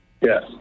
Yes